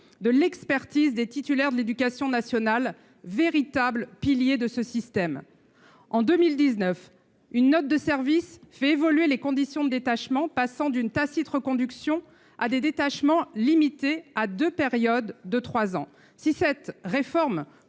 de l’expertise des titulaires de l’éducation nationale, véritables piliers de ce système. En 2019, une note de service a fait évoluer les conditions de détachement : l’on est passé d’une tacite reconduction à des détachements limités à deux périodes de trois ans. Si cette réforme